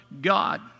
God